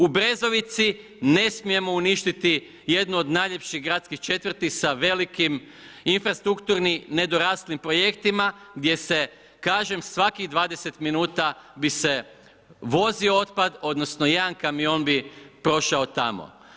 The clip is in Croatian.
U Brezovici ne smijemo uništiti jednu od najljepših gradskih četvrti sa velikim infrastrukturno nedoraslim projektima, gdje se, kažem, svakih 20 minuta bi se vozio otpad, odnosno jedan kamion bi prošao tamo.